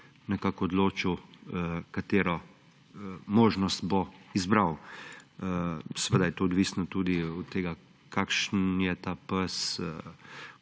psa odločil, katero možnost bo izbral. Seveda je to odvisno tudi od tega, kakšen je ta pes,